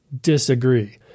Disagree